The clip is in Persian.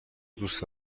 دوست